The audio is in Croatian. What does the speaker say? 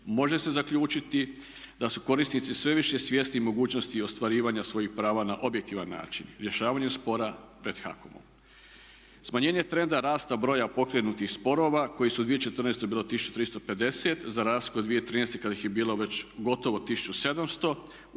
može se zaključiti da su korisnici sve više svjesni mogućnosti ostvarivanja svojih prava na objektivan način rješavanjem spora pred HAKOM-om. Smanjenje trenda rasta broja pokrenutih sporova koji su u 2014. bilo 1350, za rashod 2013. kada ih je bilo već gotovo 1700